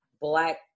Black